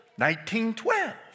1912